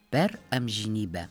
per amžinybę